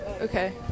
Okay